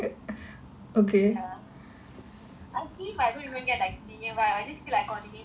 ya I see him I don't even get like senior vibe I just feel like calling him ah pa